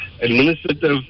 administrative